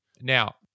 Now